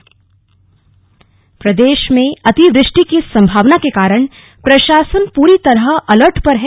आपदा प्रबंधन प्रदेश में अतिवृष्टि की सम्भावना के कारण प्रशासन पूरी तरह अलर्ट पर है